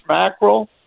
mackerel